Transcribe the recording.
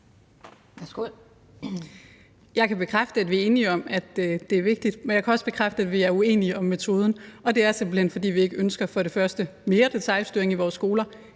Jeg kan bekræfte, at vi er enige om, at det er vigtigt. Men jeg kan også bekræfte, at vi er uenige om metoden, og det er simpelt hen, fordi vi for det første ikke ønsker mere detailstyring i vores skoler